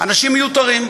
אנשים מיותרים,